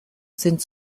sind